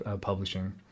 Publishing